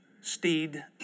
steed